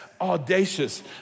audacious